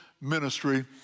ministry